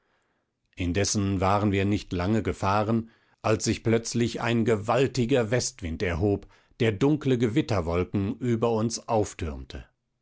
indessen waren wir nicht lange gefahren als sich plötzlich ein gewaltiger westwind erhob der dunkle gewitterwolken über uns auftürmte